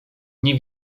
nie